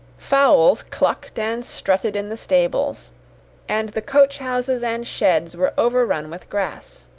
fowls clucked and strutted in the stables and the coach-houses and sheds were over-run with grass.